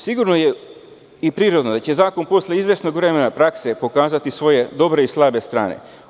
Sigurno je i prirodno da će zakon posle izvesnog vremena prakse pokazati svoje dobre i slabe strane.